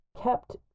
kept